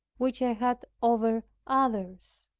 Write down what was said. which i had over others.